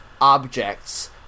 objects